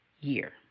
year